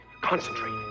concentrate